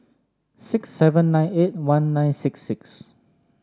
six seven nine eight one nine six six